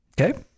Okay